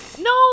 No